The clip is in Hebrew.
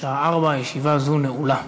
בשעה 16:00. ישיבה זו נעולה.